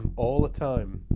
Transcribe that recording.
um all the time.